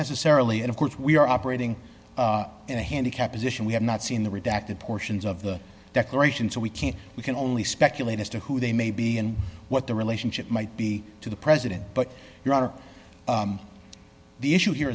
necessarily and of course we are operating in a handicap position we have not seen the redacted portions of the declaration so we can't we can only speculate as to who they may be and what their relationship might be to the president but you're out of the issue here